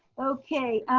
okay,